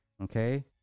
Okay